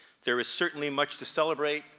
there is certainly much to celebrate,